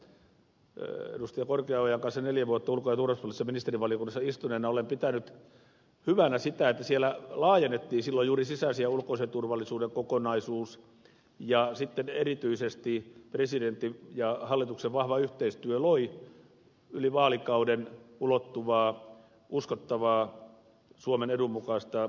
korkeaojan kanssa neljä vuotta ulko ja turvallisuuspoliittisessa ministerivaliokunnassa istuneena olen pitänyt hyvänä sitä että siellä laajennettiin silloin juuri sisäisen ja ulkoisen turvallisuuden kokonaisuus ja sitten erityisesti presidentin ja hallituksen vahva yhteistyö loi yli vaalikauden ulottuvaa uskottavaa suomen edun mukaista turvallisuusajattelua